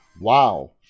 Wow